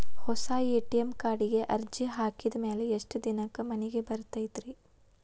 ಹೊಸಾ ಎ.ಟಿ.ಎಂ ಕಾರ್ಡಿಗೆ ಅರ್ಜಿ ಹಾಕಿದ್ ಮ್ಯಾಲೆ ಎಷ್ಟ ದಿನಕ್ಕ್ ಮನಿಗೆ ಬರತೈತ್ರಿ?